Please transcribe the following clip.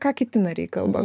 ką kiti nariai kalba